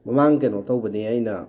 ꯃꯃꯥꯡ ꯀꯩꯅꯣ ꯇꯧꯕꯅꯤ ꯑꯩꯅ